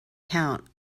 count